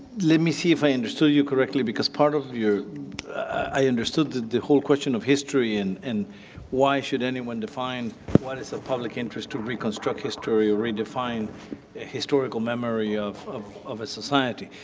let me see if i understood you correctly because part of your i understood the the whole question of history and and why should anyone define what is of public interest to reconstruct history or redefine the historical memory of of a society.